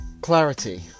clarity